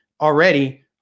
already